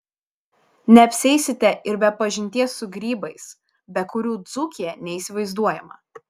neapsieisite ir be pažinties su grybais be kurių dzūkija neįsivaizduojama